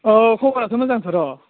औ खबराथ' मोजांथार अ